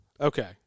Okay